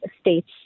states